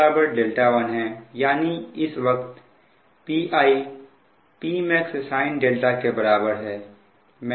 यानी इस वक्त Pi Pmax sin के बराबर है